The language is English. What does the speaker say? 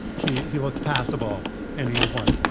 he he looks passable in uniform.